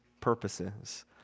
purposes